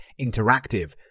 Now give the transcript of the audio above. interactive